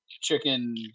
chicken